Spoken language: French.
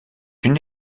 une